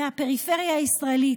מהפריפריה הישראלית.